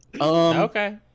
Okay